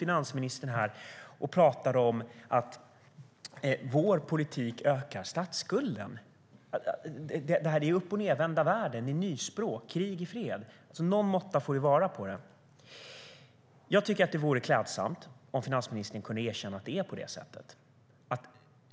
Finansministern står här och talar om att vår politik ökar statsskulden. Det är uppochnedvända värden. Det är nyspråk. Krig är fred. Någon måtta får det vara på det. Det vore klädsamt om finansministern kunde erkänna att det är på det sättet.